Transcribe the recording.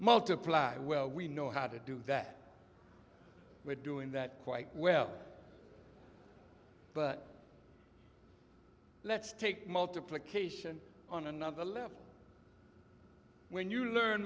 multiply well we know how to do that we're doing that quite well but let's take multiplication on another level when you learn